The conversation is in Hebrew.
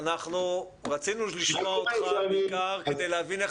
אנחנו רצינו לשמוע אותך בעיקר כדי להבין איך